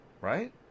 Right